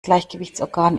gleichgewichtsorgan